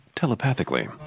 telepathically